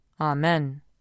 Amen